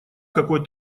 какой